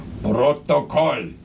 Protocol